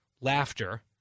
laughter